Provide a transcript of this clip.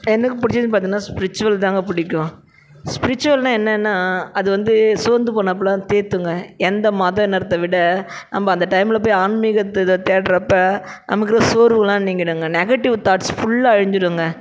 எனக்கு பிடிச்சதுனு பார்த்தீங்கனா ஸ்ப்ரிச்சுவல் தாங்க பிடிக்கும் ஸ்ப்ரிச்சுவல்னால் என்னென்னால் அது வந்து சோர்ந்து போனாப்புல தேற்றுங்க எந்த மதம் இனத்தை விட நம்ம அந்த டைமில் போய் ஆன்மீகத்து இதை தேடுறப்ப நமக்கு சோர்வெலாம் நீங்கிவிடுங்க நெகட்டிவ் தாட்ஸ் ஃபுல்லாக அழிஞ்சுவிடுங்க